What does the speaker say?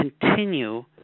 continue